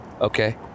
okay